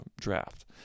draft